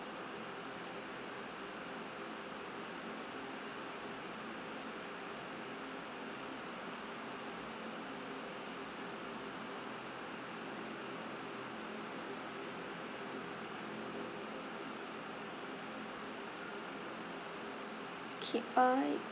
okay uh